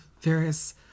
various